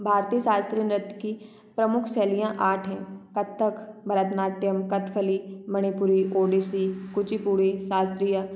भारतीय शास्त्रीय नृत्य की प्रमुख शैलियाँ आठ हैं कत्थक भरतनाट्यम कथकली मणिपुरी ओडिसी कुचिपुड़ी शास्त्रीय